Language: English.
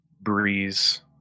breeze